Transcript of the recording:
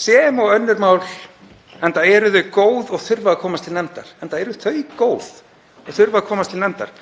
sem og önnur mál — enda eru þau góð og þurfa að komast til nefndar.